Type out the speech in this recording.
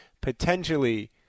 potentially